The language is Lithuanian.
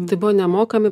tai buvo nemokami